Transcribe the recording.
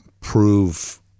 prove